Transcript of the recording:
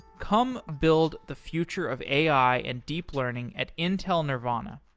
come build the future of ai and deep learning at intel nervana.